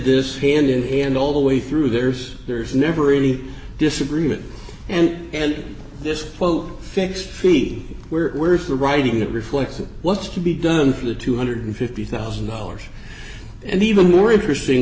this hand in hand all the way through there's there's never any disagreement and this quote fixed fee were worth the writing that reflects what's to be done for the two hundred and fifty thousand dollars and even more interesting